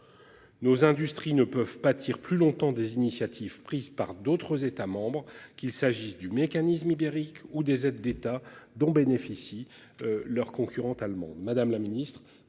Nos industries ne peuvent pâtir plus longtemps des initiatives prises par d'autres États membres qu'il s'agisse du mécanisme ibérique ou des aides d'État dont bénéficient leurs concurrentes allemandes